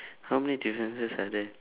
how many differences are there